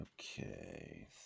Okay